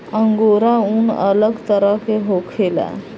angora ऊन अलग तरह के होखेला